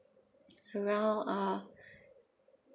around uh